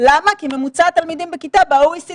אני אסביר בדיוק.